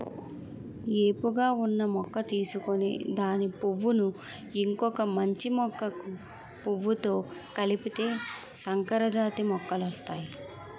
ఏపుగా ఉన్న మొక్క తీసుకొని దాని పువ్వును ఇంకొక మంచి మొక్క పువ్వుతో కలిపితే సంకరజాతి మొక్కలొస్తాయి